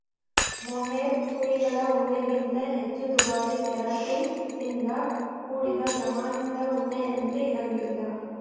mohair ಕುರಿಗಳ ಉಣ್ಣೆಗಿಂತ ಹೆಚ್ಚು ದುಬಾರಿ ಕೆರಾಟಿನ್ ನಿಂದ ಕೂಡಿದ ಪ್ರಾಮಾಣಿತ ಉಣ್ಣೆಯಂತೆ ಇರಂಗಿಲ್ಲ